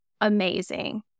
amazing